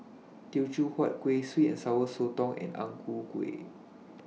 Teochew Huat Kueh Sweet and Sour Sotong and Ang Ku Kueh